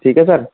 ठीक है सर